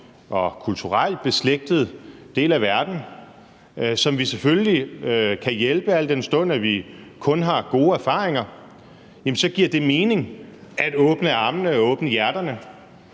og kulturel beslægtet del af verden, som vi selvfølgelig kan hjælpe, al den stund at vi kun har gode erfaringer derfra, giver det mening at åbne armene og åbne hjerterne,